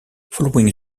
following